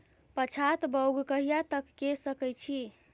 पछात बौग कहिया तक के सकै छी?